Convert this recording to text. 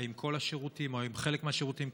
האם כל השירותים או חלק מהשירותים?